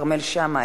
כרמל שאמה,